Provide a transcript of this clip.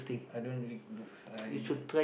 I don't read books I